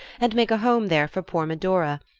and make a home there for poor medora,